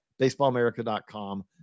BaseballAmerica.com